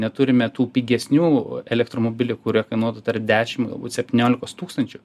neturime tų pigesnių elektromobilių kurie kainuotų tarp dešim galbūt septyniolikos tūkstančių